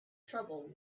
trouble